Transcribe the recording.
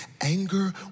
anger